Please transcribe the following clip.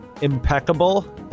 impeccable